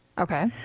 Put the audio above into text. Okay